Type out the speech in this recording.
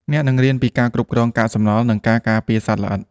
អ្នកនឹងរៀនពីការគ្រប់គ្រងកាកសំណល់ និងការការពារសត្វល្អិត។